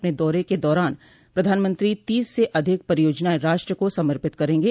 अपने दौरे के दौरान प्रधानमंत्री तीस से अधिक परियोजनाएं राष्ट्र को समर्पित करेंगे